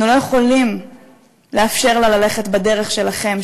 אנחנו לא יכולים לאפשר לה ללכת בדרך שלכם,